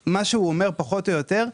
פחות או יותר,